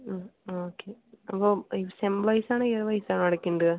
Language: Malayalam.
ആ ഓക്കെ അപ്പം എക്സ് എംപ്ലോയീസ്സാണെങ്കിൽ ഇങ്ങനെ പൈസ ആണോ അടയ്ക്കേണ്ടത്